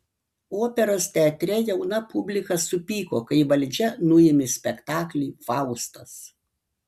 operos teatre jauna publika supyko kai valdžia nuėmė spektaklį faustas